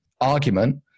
argument